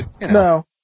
No